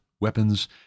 weapons